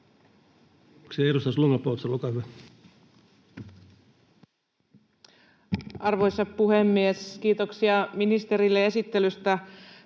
Arvoisa puhemies! Kiitoksia ministerille esittelystä.